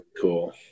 cool